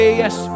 yes